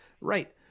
Right